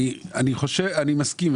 אני חושב, אני מסכים.